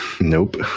Nope